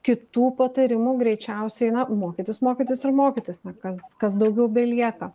kitų patarimų greičiausiai na mokytis mokytis ir mokytis na kas kas daugiau belieka